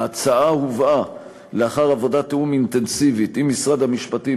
ההצעה הובאה לאחר עבודת תיאום אינטנסיבית עם משרד המשפטים,